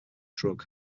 drug